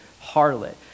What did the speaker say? harlot